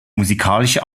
musikalische